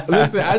Listen